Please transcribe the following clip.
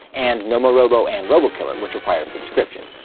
and nomorobo and robokiller, which require a subscription.